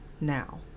now